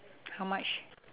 how much